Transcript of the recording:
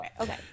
Okay